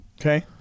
Okay